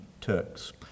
Turks